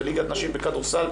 וליגת נשים בכדורסל,